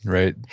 right?